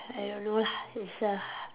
I don't know lah it's a